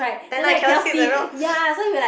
at night cannot sleep with the rocks